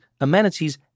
amenities